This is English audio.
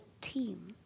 team